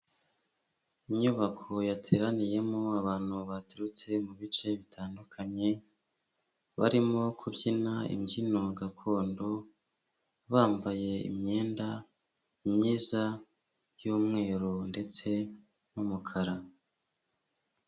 Inyubako yateraniyemo abantu baturutse mu bice bitandukanye, barimo kubyina imbyino gakondo bambaye imyenda myiza y'umweru ndetse n'umukara.